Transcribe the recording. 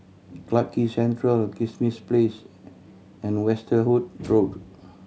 Clarke Quay Central Kismis Place and Westerhout Road